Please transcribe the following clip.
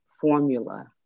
formula